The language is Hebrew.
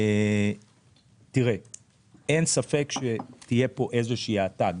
אין ספק שתהיה פה איזה האטה,